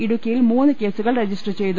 ഇടുക്കിയിൽ മൂന്ന് കേസുകൾ രജിസ്റ്റർ ചെയ്തു